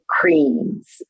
creams